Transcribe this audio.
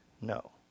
no